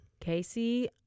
Casey